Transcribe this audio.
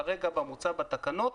כרגע במוצע בתקנות,